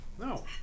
No